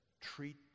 treat